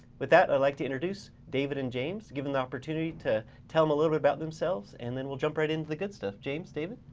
with that, i'd like to introduce david and james, give them the opportunity to tell em a little bit about themselves, and then we'll jump right in to the good stuff. james, david.